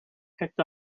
picked